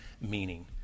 meaning